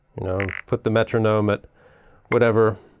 know, put the metronome at whatever.